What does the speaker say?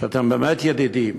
אתם באמת ידידים,